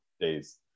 days